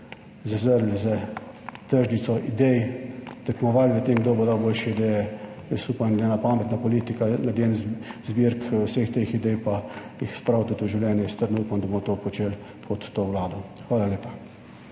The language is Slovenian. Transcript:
zazrli z tržnico idej, tekmovali v tem, kdo bo dal boljše ideje. Jaz upam, da ena pametna politika naredi en zbirk vseh teh idej, pa jih spravite v življenje, jaz trdno upam, da bomo to počeli pod to Vlado. Hvala lepa.